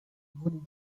voulait